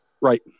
Right